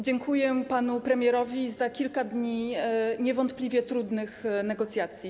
Dziękuję panu premierowi za kilka dni niewątpliwie trudnych negocjacji.